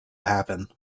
happen